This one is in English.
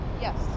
Yes